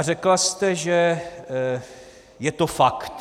Řekla jste, že je to fakt.